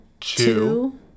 two